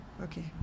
Okay